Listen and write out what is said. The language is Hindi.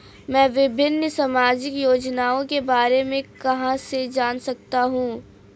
मैं विभिन्न सामाजिक योजनाओं के बारे में कहां से जान सकता हूं?